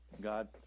God